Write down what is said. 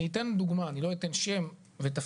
אני אתן דוגמא, אני לא אתן שם ותפקיד.